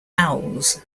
vowels